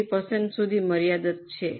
3 સુધી મર્યાદિત છે